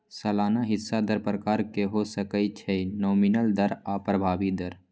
सलाना हिस्सा दर प्रकार के हो सकइ छइ नॉमिनल दर आऽ प्रभावी दर